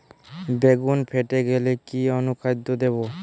বেগুন ফেটে গেলে কি অনুখাদ্য দেবো?